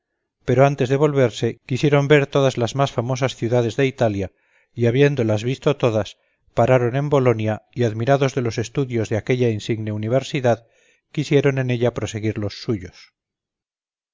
pero antes de volverse quisiéron ver todas las mas famosas ciudades de italia y habiéndolas visto todas paráron en bolonia y admirados de los estudios de aquella insigne universidad quisiéron en ella proseguir los suyos